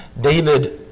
David